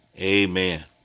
Amen